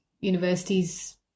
universities